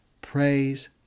praise